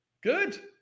good